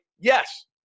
Yes